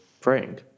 praying